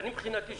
מבחינתי,